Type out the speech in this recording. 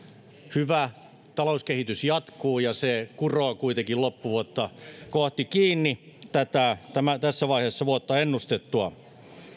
hyvä talouskehitys jatkuu ja se kuroo kuitenkin loppuvuotta kohti kiinni tätä tässä vaiheessa vuotta ennustettua